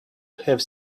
have